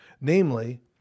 namely